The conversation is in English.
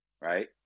right